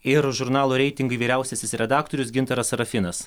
ir žurnalo reitingai vyriausiasis redaktorius gintaras serafinas